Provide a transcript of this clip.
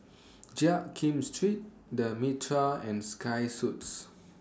Jiak Kim Street The Mitraa and Sky Suits